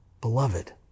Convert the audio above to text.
Beloved